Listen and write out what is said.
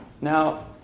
Now